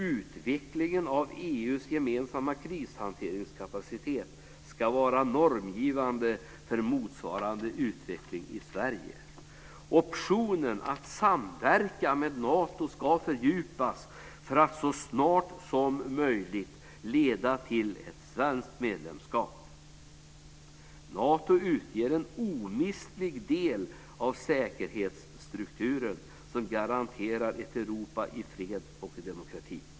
Utvecklingen av EU:s gemensamma krishanteringskapacitet ska vara normgivande för motsvarande utveckling i Sverige. Optionen att samverka med Nato ska fördjupas, för att så snart som möjligt leda till svenskt medlemskap. Nato utgör en omistlig del av de säkerhetsstrukturer som garanterar ett Europa i fred och demokrati.